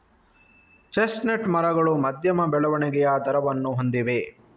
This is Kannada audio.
ಚೆಸ್ಟ್ನಟ್ ಮರಗಳು ಮಧ್ಯಮ ಬೆಳವಣಿಗೆಯ ದರವನ್ನು ಹೊಂದಿವೆ